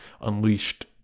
Unleashed